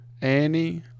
Annie